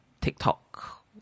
TikTok